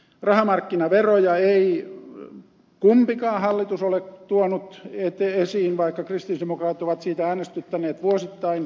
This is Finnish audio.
rahamarkkinaveroja ei kumpikaan hallitus ole tuonut esiin vaikka kristillisdemokraatit ovat siitä äänestyttäneet vuosittain